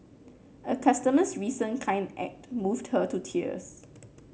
a customer's recent kind act moved her to tears